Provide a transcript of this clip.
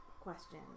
question